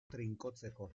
trinkotzeko